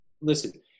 Listen